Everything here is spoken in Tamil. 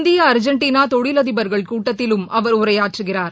இந்திய அர்ஜெண்டினா தொழில்அதிபர்கள் கூட்டத்திலும் அவர் உரையாற்றுகிறார்